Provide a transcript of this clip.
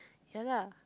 ya lah